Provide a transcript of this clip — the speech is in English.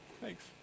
Thanks